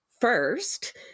first